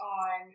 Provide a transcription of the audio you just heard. on